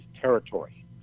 territory